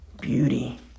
Beauty